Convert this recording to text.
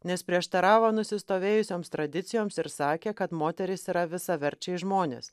nes prieštaravo nusistovėjusioms tradicijoms ir sakė kad moterys yra visaverčiai žmonės